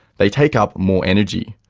they take up more energy.